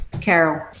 Carol